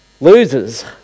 losers